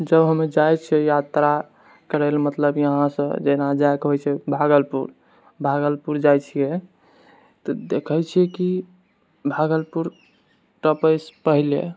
जब हम जाइ छियै यात्रा करै लअ मतलब यहाँसँ जेना जाइके होइ छै भागलपुर भागलपुर जाइ छियै तऽ देखै छियै की भागलपुर टपैसँ पहिले